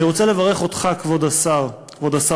אני רוצה לברך אותך, כבוד השר ארדן,